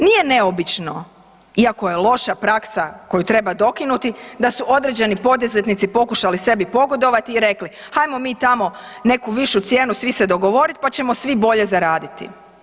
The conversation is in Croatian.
Nije neobično iako je loša praksa koju treba dokinuti, da su određeni poduzetnici pokušali sebi pogodovati i rekli hajmo mi tamo neku višu cijenu svi se dogovorit pa ćemo svi bolje zaraditi.